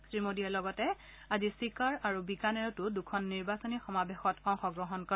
শ্ৰী মোডীয়ে লগতে আজি চিকৰ আৰু বিকানেৰতো দুখন নিৰ্বাচনী সমাৱেশতো অংশগ্ৰহণ কৰে